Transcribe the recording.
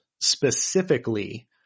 specifically